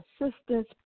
assistance